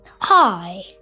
Hi